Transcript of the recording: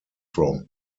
from